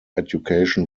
education